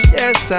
yes